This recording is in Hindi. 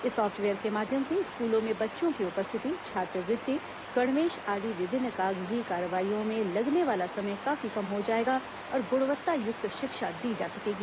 इस सॉफ्टवेयर के माध्यम से स्कूलों में बच्चों की उपस्थिति छात्रवृत्ति गणवेश आदि विभिन्न कागजी कार्रवाईयों में लगने वाला समय काफी कम हो जाएगा और गुणवत्तायुक्त शिक्षा दी जा सकेगी